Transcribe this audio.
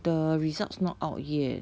the results not out yet